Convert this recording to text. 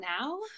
now